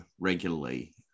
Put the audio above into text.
regularly